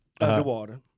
underwater